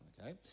okay